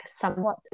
somewhat